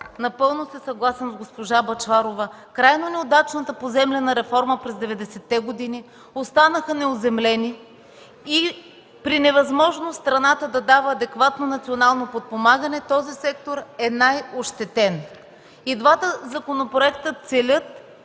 напълно съм съгласна с госпожа Бъчварова, че в края на неудачната поземлена реформа през 90-те години животновъдите останаха неоземлени и при невъзможност страната да дава адекватно национално подпомагане, този сектор е най-ощетен. И двата законопроекта целят